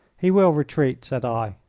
he will retreat, said i.